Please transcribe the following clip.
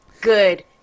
good